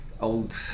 old